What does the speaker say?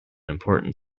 important